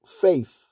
faith